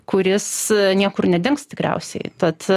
kuris niekur nedings tikriausiai tad